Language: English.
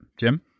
Jim